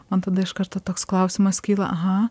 man tada iš karto toks klausimas kyla aha